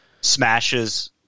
Smashes